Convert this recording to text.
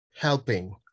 helping